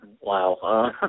Wow